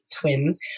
twins